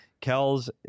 Kells